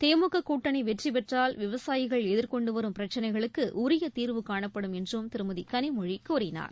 திமுக கூட்டணி வெற்றி பெற்றால் விவசாயிகள் எதிர்கொண்டு வரும் பிரச்சினைகளுக்கு உரிய தீர்வு காணப்படும் என்று திருமதி கனிமொழி கூறினார்